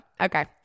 okay